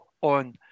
on